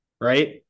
right